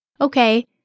Okay